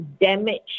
damaged